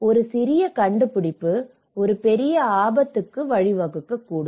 ஒரு சிறிய கண்டுபிடிப்பு ஒரு பெரிய ஆபத்துக்கு வழிவகுக்கும்